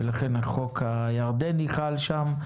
ולכן החוק הירדני חל שם.